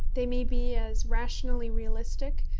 they may be as rationally realistic,